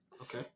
Okay